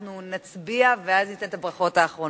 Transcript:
אנחנו נצביע, ואז ניתן את הברכות האחרונות.